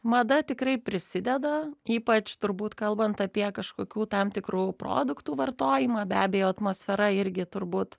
mada tikrai prisideda ypač turbūt kalbant apie kažkokių tam tikrų produktų vartojimą be abejo atmosfera irgi turbūt